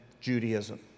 Judaism